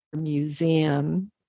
museum